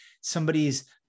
somebody's